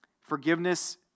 forgiveness